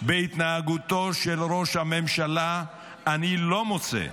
בהתנהגותו של ראש הממשלה אני לא מוצא,